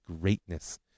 greatness